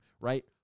right